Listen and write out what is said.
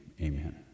amen